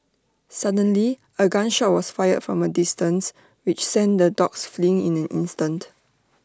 suddenly A gun shot was fired from A distance which sent the dogs fleeing in an instant